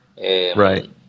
right